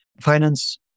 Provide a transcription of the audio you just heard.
finance